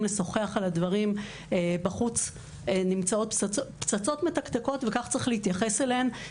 לשוחח על הדברים בחוץ נמצאות פצצות מתקתקות וכך צריך להתייחס אליהן.